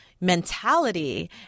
mentality